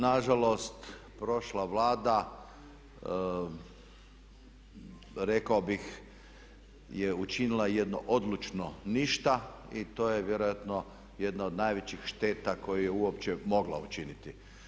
Nažalost prošla Vlada rekao bih je učinila jedno odlučno ništa i to je vjerojatno jedna od najvećih šteta koju je uopće mogla učiniti.